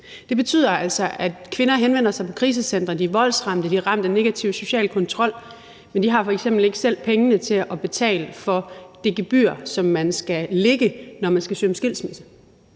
Det betyder altså, at kvinderne henvender sig på krisecentre, når de er voldsramte og de er ramt af negativ social kontrol, men at de f.eks. ikke selv har pengene til at betale for det gebyr, som man skal lægge, når man skal søge om skilsmisse.